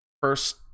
first